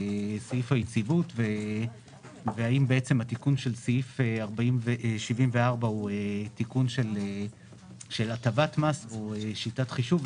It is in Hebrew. סעיף היציבות והאם התיקון של סעיף 74 הוא הטבת מס או שיטת חישוב.